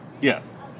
yes